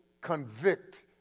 convict